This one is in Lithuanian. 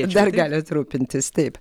ir dar galit rūpintis taip